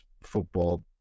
football